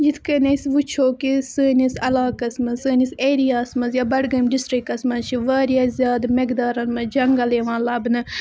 یِتھ کٔنۍ أسۍ وٕچھو کہِ سٲنِس علاقَس منٛز سٲنِس ایریا ہَس منٛز یا بڈگٲمۍ ڈِسٹِرٛکَس منٛز چھِ واریاہ زیادٕ میٚقدارَن منٛز جنٛگَل یِوان لَبنہٕ